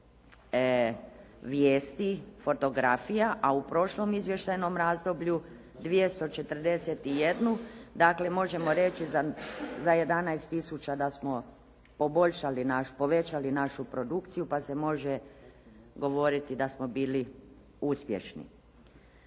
vijesti, fotografija a u prošlom izvještajnom razdoblju 241. Dakle, možemo reći za 11 tisuća da smo povećali našu produkciju pa se može govoriti da smo bili uspješni.